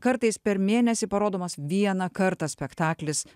kartais per mėnesį parodomas vieną kartą spektaklis